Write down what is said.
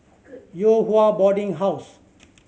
Yew Hua Boarding House